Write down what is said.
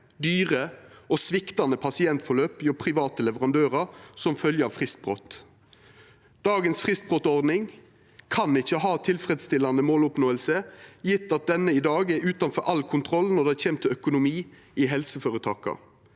dyre og sviktande pasientforløp hjå private leverandørar som følgje av fristbrot. Dagens fristbrotordning kan ikkje ha tilfredsstillande måloppnåing, gjeve at denne i dag er utanfor all kontroll når det gjeld økonomi i helseføretaka.